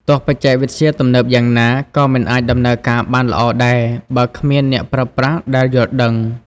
ទោះបច្ចេកវិទ្យាទំនើបយ៉ាងណា ក៏មិនអាចដំណើរការបានល្អដែរ បើគ្មានអ្នកប្រើប្រាស់ដែលយល់ដឹង។